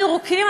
הירוקים,